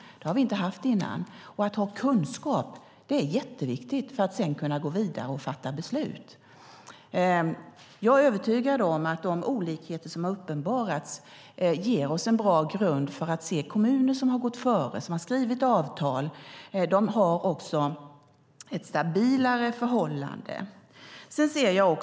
Det har vi inte haft innan. Att ha kunskap är jätteviktigt för att sedan kunna gå vidare och fatta beslut. Jag är övertygad om att de olikheter som har uppenbarats ger oss en bra grund för att se att kommuner som har gått före och skrivit avtal också har ett stabilare förhållande.